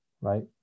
right